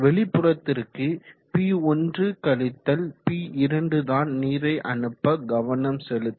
வெளிப்புறத்திற்கு P1 - P2 தான் நீரை அனுப்ப கவனம் செலுத்தும்